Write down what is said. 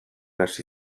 hasi